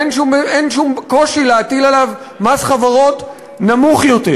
אין שום קושי להטיל עליו מס חברות נמוך יותר.